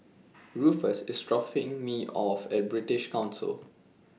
Rufus IS dropping Me off At British Council